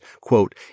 quote